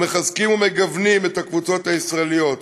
ומחזקים ומגוונים את הקבוצות הישראליות.